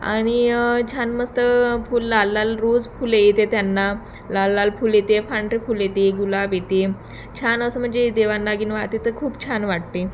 आणि छान मस्त फुल लाल लाल रोज फुले येते त्यांना लाल लाल फुल येते पांढरं फुल येते गुलाब येते छान असं म्हणजे देवाांनागीन वाहते तर खूप छान वाटते